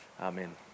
Amen